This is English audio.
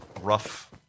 Rough